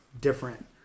different